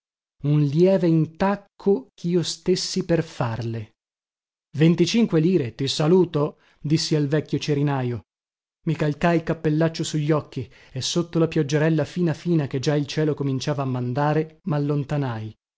un lieve intacco chio stessi per farle venticinque lire ti saluto dissi al vecchio cerinajo i calcai il cappellaccio su gli occhi e sotto la pioggerella fina fina che già il cielo cominciava a mandare mallontanai